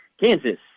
Kansas